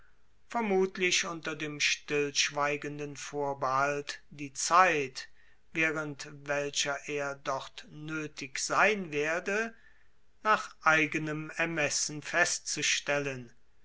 vermutlich unter dem stillschweigenden vorbehalt die zeit waehrend welcher er dort noetig sein werde nach eigenem ermessen festzustellen